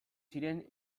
ziren